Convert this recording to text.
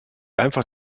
einfach